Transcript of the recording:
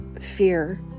fear